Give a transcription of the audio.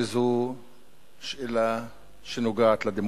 שאלה שנוגעת לדמוקרטיה,